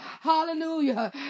Hallelujah